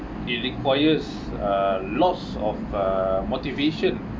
it requires uh lots of uh motivation